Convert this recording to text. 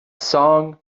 song